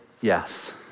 yes